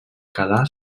quedà